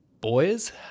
boys